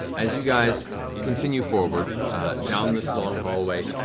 as you guys continue forward down and this ah long hallway,